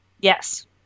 yes